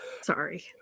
Sorry